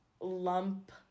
lump